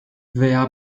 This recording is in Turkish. veya